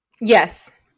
Yes